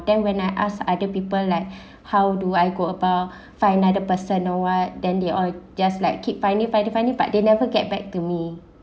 then when I ask other people like how do I go about find another person or what then they are just like keep finding finding finding but they never get back to me